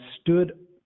stood